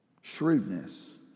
Shrewdness